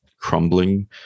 crumbling